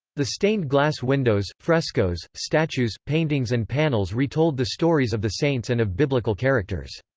the stained glass windows, frescoes, statues, paintings and panels retold the stories of the saints and of biblical characters.